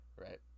right